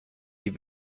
die